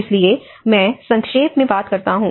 इसलिए मैं संक्षेप में बात करता हूँ